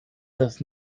das